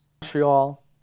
Montreal